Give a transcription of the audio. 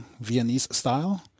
Viennese-style